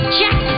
Check